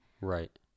right